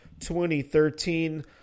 2013